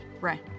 right